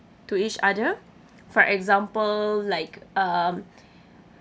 to each other for example like um